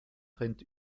trennt